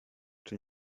czy